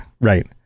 right